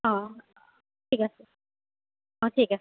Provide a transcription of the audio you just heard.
অঁ ঠিক আছে অঁ ঠিক আছে